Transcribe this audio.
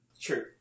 True